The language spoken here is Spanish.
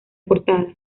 portada